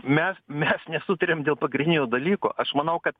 mes mes nesutariam dėl pagrindinio dalyko aš manau kad